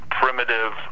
Primitive